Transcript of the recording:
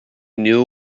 knew